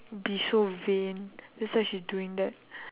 be so vain that's why she's doing that